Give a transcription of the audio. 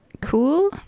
cool